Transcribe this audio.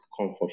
comfort